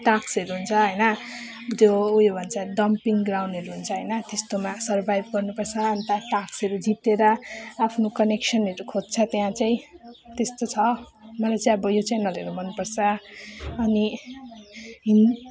टास्कहरू हुन्छ होइन त्यो उयो भन्छ डम्पिङ ग्राउन्डहरू हुन्छ होइन त्यस्तोमा सर्भाइभ गर्नु पर्छ अन्त टास्कहरू जितेर आफ्नो कनेक्सनहरू खोज्छ त्यहाँ चाहिँ त्यस्तो छ मलाई चाहिँ अब यो च्यानलहरू अब हेर्नु मन पर्छ अनि हिन्